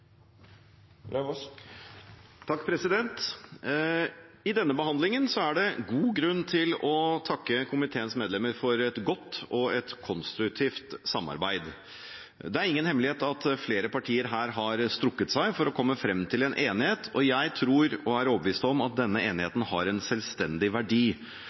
I denne behandlingen er det god grunn til å takke komiteens medlemmer for et godt og konstruktivt samarbeid. Det er ingen hemmelighet at flere partier har strukket seg for å komme frem til en enighet. Jeg er overbevist om at denne enigheten har en selvstendig verdi